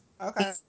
Okay